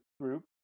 group